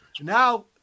Now